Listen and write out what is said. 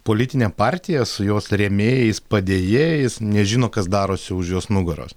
politinė partija su jos rėmėjais padėjėjais nežino kas darosi už jos nugaros